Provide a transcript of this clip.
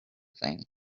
thing